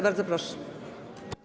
Bardzo proszę.